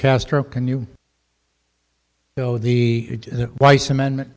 castro can you know the weiss amendment